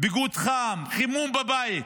ביגוד חם, חימום בבית.